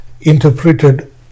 interpreted